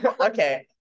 Okay